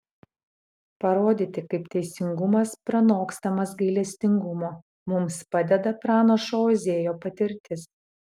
parodyti kaip teisingumas pranokstamas gailestingumo mums padeda pranašo ozėjo patirtis